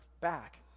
back